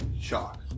shock